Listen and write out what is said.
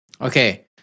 Okay